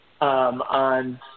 on